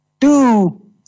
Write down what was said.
two